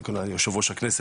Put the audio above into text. קודם ליושב-ראש הכנסת,